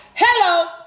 Hello